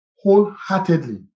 wholeheartedly